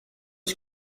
est